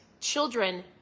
Children